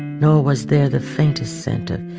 nor was there the thing to scented